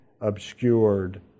obscured